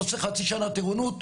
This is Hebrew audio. עושה חצי שנה טירונות,